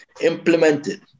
implemented